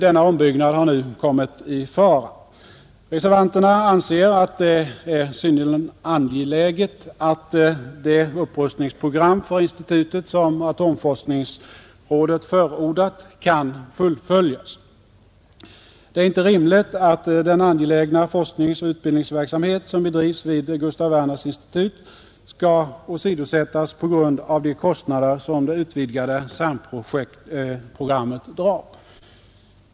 Denna ombyggnad har nu kommit i fara. Reservanterna anser att det är synnerligen angeläget att det upprustningsprogram för institutet som atomforskningsrådet förordat kan fullföljas. Det är inte rimligt att den angelägna forskningsoch utbildningsverksamhet som bedrivs vid Gustaf Werners institut skall åsidosättas på grund av de kostnader som det utvidgade CERN-programmet drar.